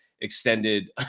extended